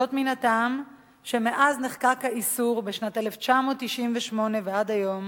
זאת, מן הטעם שמאז נחקק האיסור בשנת 1998 ועד היום